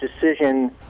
decision